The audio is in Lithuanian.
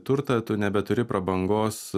turtą tu nebeturi prabangos